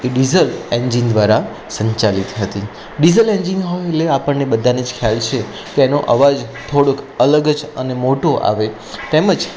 એ diesel engine દ્વારા સંચાલિત હતી ડીઝલ એન્જિન હોય એટલે આપણને બધાને જ ખ્યાલ છે કે એનો અવાજ થોડોક અલગ જ અને મોટો આવે તેમ જ